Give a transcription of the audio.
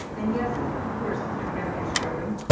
and yes, ah of course, it's going to get on your scrotum.